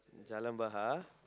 Jalan-Bahar